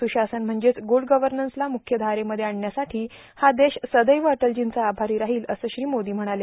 सुशासन म्हणजेच गुड गव्हर्नसला मुख्य धारेमध्ये आणण्यासाठी हा देश सदैव अटलजींचा आभारी राहील असं श्री मोदी म्हणाले